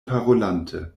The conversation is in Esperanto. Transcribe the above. parolante